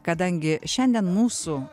kadangi šiandien mūsų